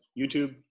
YouTube